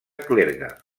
clergue